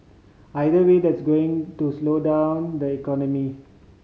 either way that's going to slow down the economy